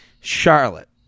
Charlotte